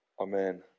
amen